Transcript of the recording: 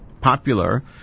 popular